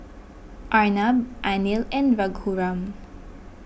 Arnab Anil and Raghuram